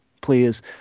please